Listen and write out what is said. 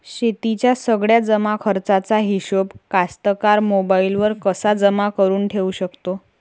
शेतीच्या सगळ्या जमाखर्चाचा हिशोब कास्तकार मोबाईलवर कसा जमा करुन ठेऊ शकते?